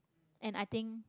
and I think